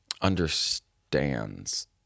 understands